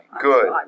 Good